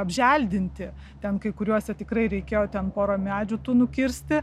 apželdinti ten kai kuriuose tikrai reikėjo ten pora medžių tų nukirsti